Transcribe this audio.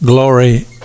glory